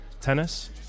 tennis